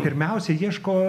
pirmiausia ieško